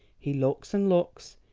he looks and looks,